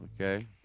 Okay